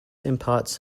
imparts